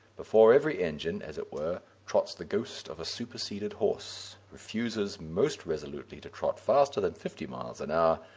before every engine, as it were, trots the ghost of a superseded horse, refuses most resolutely to trot faster than fifty miles an hour,